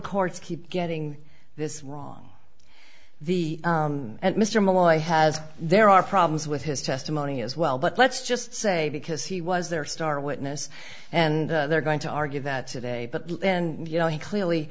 courts keep getting this wrong the mr malloy has there are problems with his testimony as well but let's just say because he was their star witness and they're going to argue that today but and you know he clearly